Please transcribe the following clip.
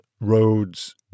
roads